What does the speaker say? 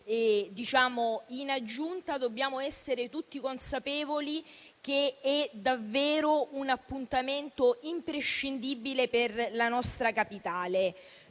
in aggiunta dobbiamo essere tutti consapevoli che è davvero un appuntamento imprescindibile per la nostra Capitale.